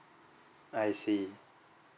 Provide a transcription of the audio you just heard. I see